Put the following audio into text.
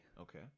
Okay